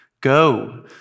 go